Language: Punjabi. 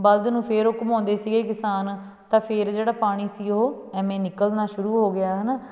ਬਲਦ ਨੂੰ ਫਿਰ ਉਹ ਘੁਮਾਉਂਦੇ ਸੀਗੇ ਕਿਸਾਨ ਤਾਂ ਫਿਰ ਜਿਹੜਾ ਪਾਣੀ ਸੀ ਉਹ ਇਵੇਂ ਨਿਕਲਣਾ ਸ਼ੁਰੂ ਹੋ ਗਿਆ ਹੈ ਨਾ